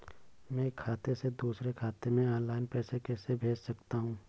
मैं एक खाते से दूसरे खाते में ऑनलाइन पैसे कैसे भेज सकता हूँ?